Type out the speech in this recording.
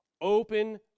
open